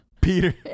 Peter